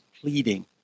pleading